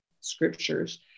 scriptures